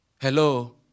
Hello